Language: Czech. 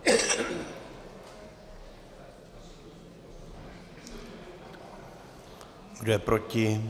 Kdo je proti?